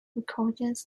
recordings